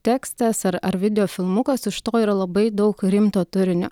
tekstas ar ar video filmukas už to yra labai daug rimto turinio